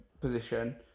position